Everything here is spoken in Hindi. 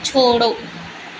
छोड़ो